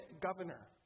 governor